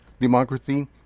democracy